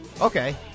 Okay